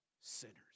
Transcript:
sinners